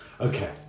Okay